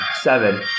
seven